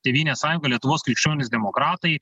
tėvynės sąjunga lietuvos krikščionys demokratai